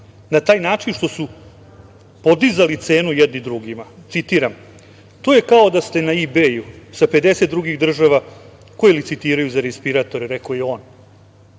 na taj način što su podizali cenu jedni drugima. Citiram - to je kao da ste na i-beju, sa 50 drugih država koje licitiraju za respiratore, rekao je on.